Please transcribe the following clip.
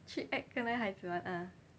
she act kena 孩子 [one] ah